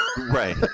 Right